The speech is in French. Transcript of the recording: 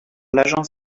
l’agence